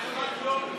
(תיקון, בן זוג לומד),